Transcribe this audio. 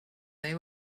they